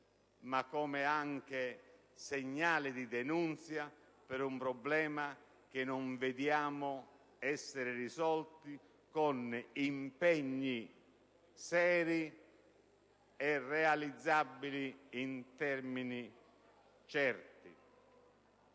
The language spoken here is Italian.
ma anche come segnale di denunzia per un problema che non vediamo essere risolto con impegni seri e realizzabili in termini certi.